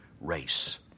race